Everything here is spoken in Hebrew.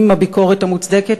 עם הביקורת המוצדקת,